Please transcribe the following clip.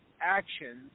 actions